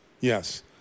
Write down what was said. Yes